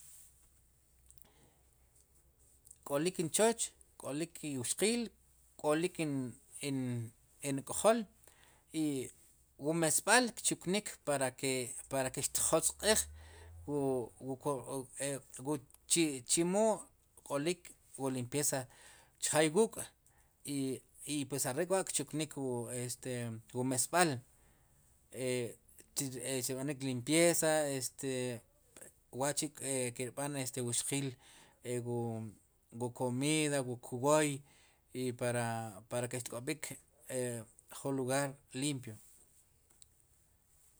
K'olik nchoch k'olik iwxqiil k'olik in, in k'jol i wu mesb'al kchuknik para ke, para ke xtjosq'iij, wu chemo k'olik wu limpieza chjaay wuuk' i pues are'k'wa' kchuknik wu este wu mwsb'al e chu rb'anik limpieza este wa'chi ki'rb'an este wxqiil e wu komiid wu kwooy i para para ke xtk'ob'ik jun lugar limpio.